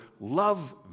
love